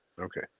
Okay